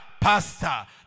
pastor